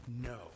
no